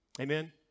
Amen